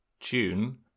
June